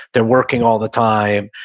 they're working all the time.